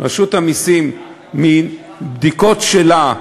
מבדיקות שלה,